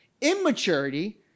Immaturity